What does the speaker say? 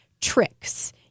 tricks